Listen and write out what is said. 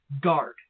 guard